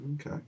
Okay